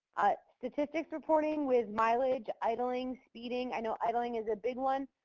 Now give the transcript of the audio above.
statistics reporting with mileage, idling, speeding. i know idling is a big one,